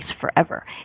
forever